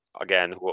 Again